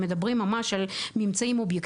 שמקשיבים לו ושממנו יוצאות ההנחיות.